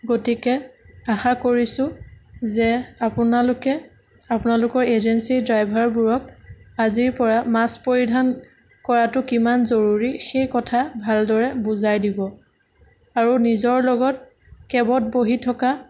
ৰ্গতিকে আশা কৰিছো যাতে আপোনালোকে আপোনালোকৰ এজেঞ্চিৰ ড্ৰাইভাৰবোৰক আজিৰ পৰা মাস্ক পৰিধান কৰাতো কিমান জৰুৰি সেই কথা ভালদৰে বুজাই দিব আৰু নিজৰ লগত কেবত বহি থকা